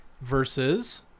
Versus